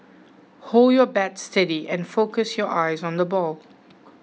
hold your bat steady and focus your eyes on the ball